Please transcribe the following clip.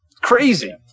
Crazy